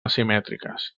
asimètriques